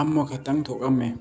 ꯑꯃ ꯈꯛꯇꯪ ꯊꯣꯛꯑꯝꯃꯦ